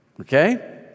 Okay